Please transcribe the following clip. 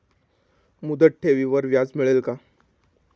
मुदत ठेवीवर व्याज मिळेल का?